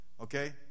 okay